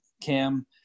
Cam